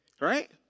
Right